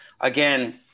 again